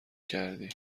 کردی